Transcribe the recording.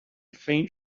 faint